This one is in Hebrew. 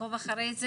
נעקוב אחרי זה